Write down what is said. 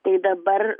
tai dabar